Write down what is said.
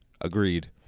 Agreed